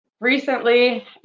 Recently